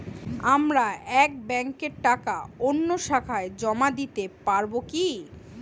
আমার এক ব্যাঙ্কের টাকা অন্য শাখায় জমা দিতে পারব কি?